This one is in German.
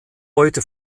heute